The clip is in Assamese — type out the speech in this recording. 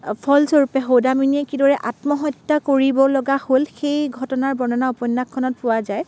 ফলস্বৰূপে সৌদামিনীয়ে কিদৰে আত্মহত্যা কৰিবলগা হ'ল সেই ঘটনাৰ বৰ্ণনা উপন্যাসখনত পোৱা যায়